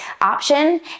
option